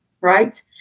right